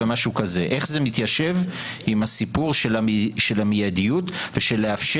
איך זה מתיישב עם הסיפור של המידיות ולאפשר